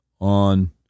on